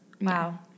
Wow